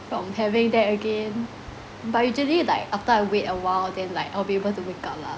from having that again but usually like after I wait a while then like I will be able to wake up lah